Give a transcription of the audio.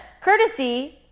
Courtesy